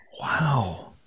Wow